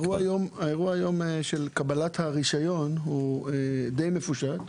האירוע, היום, של קבלת הרישיון, הוא די מפושט.